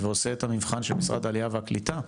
ועושה את המבחן של משרד העלייה והקליטה,